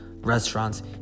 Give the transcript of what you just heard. restaurants